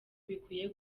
bikwiye